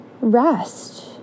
rest